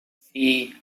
fee